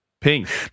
pink